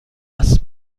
است